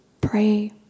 pray